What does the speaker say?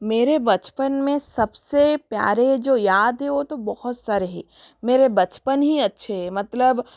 मेरे बचपन में सबसे प्यारे जो याद हैं वह तो बहुत सारे हैं मेरे बचपन ही अच्छे हैं मतलब